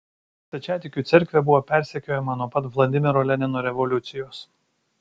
stačiatikių cerkvė buvo persekiojama nuo pat vladimiro lenino revoliucijos